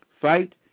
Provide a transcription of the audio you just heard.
Fight